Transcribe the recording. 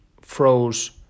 froze